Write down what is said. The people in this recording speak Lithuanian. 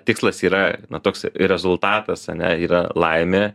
tikslas yra toks rezultatas ane yra laimė